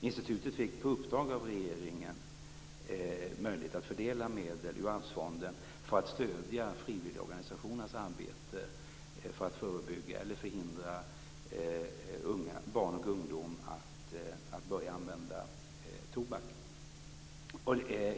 Institutet fick på uppdrag av regeringen möjlighet att fördela medel ur Arvsfonden för att stödja frivilligorganisationernas arbete för att förhindra barn och ungdom att börja använda tobak.